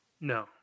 No